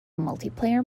multiplayer